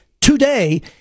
today